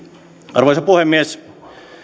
arvoisa puhemies